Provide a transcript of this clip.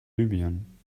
libyen